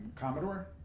Commodore